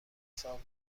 سازمان